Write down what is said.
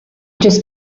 just